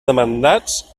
demandats